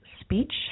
speech